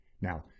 Now